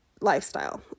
lifestyle